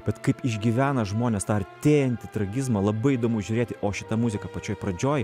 bet kaip išgyvena žmonės tą artėjantį tragizmą labai įdomu žiūrėti o šita muzika pačioj pradžioj